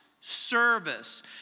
service